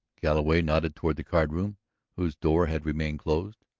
galloway nodded toward the card-room whose door had remained closed.